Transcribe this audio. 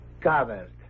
Covered